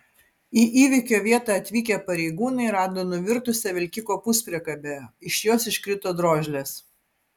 į įvykio vietą atvykę pareigūnai rado nuvirtusią vilkiko puspriekabę iš jos iškrito drožlės